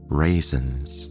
raisins